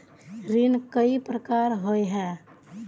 ऋण कई प्रकार होए है?